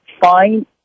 find